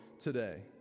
Today